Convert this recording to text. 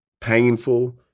Painful